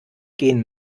gehen